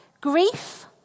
Grief